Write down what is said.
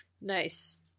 Nice